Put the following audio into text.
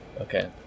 Okay